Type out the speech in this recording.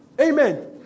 Amen